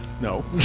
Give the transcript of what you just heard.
No